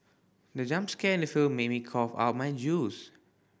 the jump scare in the film made me cough out my juice